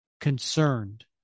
concerned